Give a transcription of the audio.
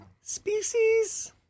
species